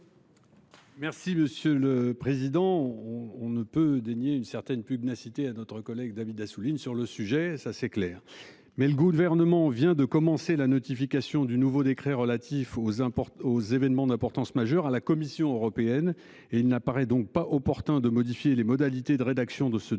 Merci monsieur le président. On ne peut dénier une certaine pugnace cité à notre collègue David Assouline sur le sujet, ça c'est clair. Mais le gouvernement vient de commencer la notification du nouveau décret relatif aux aux événements d'importance majeure à la Commission européenne et il n'apparaît donc pas opportun de modifier les modalités de rédaction de ce décret.